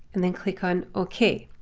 and then click on ok.